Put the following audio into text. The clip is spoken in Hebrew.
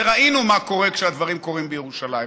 וראינו מה קורה כשהדברים קורים בירושלים.